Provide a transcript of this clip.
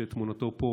שתמונתו פה,